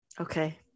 okay